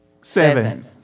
Seven